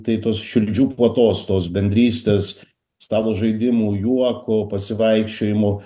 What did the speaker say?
tai tos širdžių puotos tos bendrystės stalo žaidimų juoko pasivaikščiojimų